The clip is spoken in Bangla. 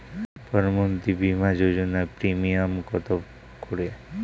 প্রধানমন্ত্রী বিমা যোজনা প্রিমিয়াম কত করে?